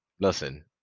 Listen